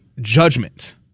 judgment